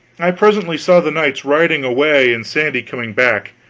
i presently saw the knights riding away, and sandy coming back.